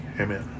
Amen